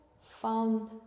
found